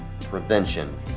prevention